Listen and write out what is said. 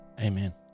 Amen